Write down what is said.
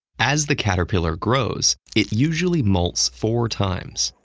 as the caterpillar grows, it usually molts four times.